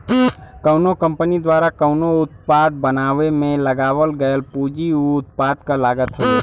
कउनो कंपनी द्वारा कउनो उत्पाद बनावे में लगावल गयल पूंजी उ उत्पाद क लागत हउवे